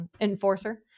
Enforcer